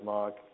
Mark